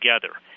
together